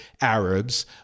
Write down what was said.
Arabs